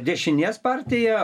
dešinės partija